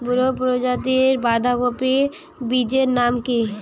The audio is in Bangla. বড় প্রজাতীর বাঁধাকপির বীজের নাম কি?